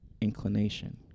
inclination